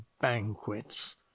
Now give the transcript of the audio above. banquets